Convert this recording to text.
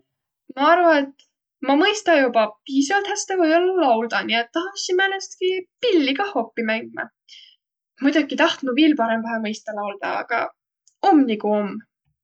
Ma arva, et ma mõista joba piisavalt häste või-ollaq lauldaq, nii et tahasi määnestki pilli kah oppiq mängmä. Muidoki tahtnuq viil parõmbahe mõistaq lauldaq, aga um nigu um.